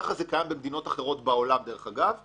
דרך אגב, ככה זה קיים במדינות אחרות בעולם, ולכן